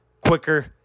quicker